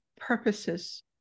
purposes